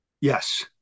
Yes